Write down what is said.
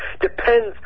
depends